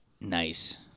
Nice